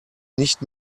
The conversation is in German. nicht